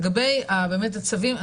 לגבי הצווים,